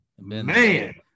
Man